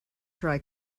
try